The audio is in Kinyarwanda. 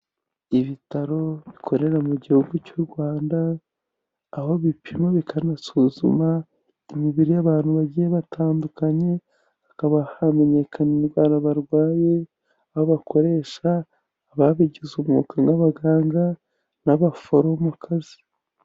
Ibitaro bikorera mu gihugu cy'u Rwanda, aho bipima, bikana suzuma imibiri y'abantu bagiye batandukanye, hakaba hamenyekana indwara barwaye, n'abakoresha babigize umwuga nk'abaganga n'abaforomokazi.